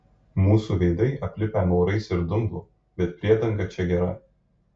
mūsų veidai aplipę maurais ir dumblu bet priedanga čia gera